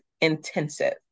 intensive